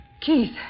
Keith